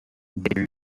they